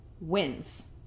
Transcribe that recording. wins